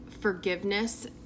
forgiveness